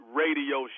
radio